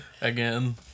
again